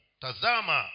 tazama